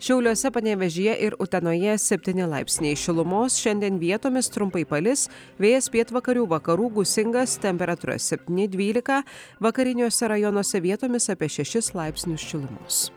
šiauliuose panevėžyje ir utenoje septyni laipsniai šilumos šiandien vietomis trumpai palis vėjas pietvakarių vakarų gūsingas temperatūra septyni dvylika vakariniuose rajonuose vietomis apie šešis laipsnius šilumos